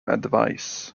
advice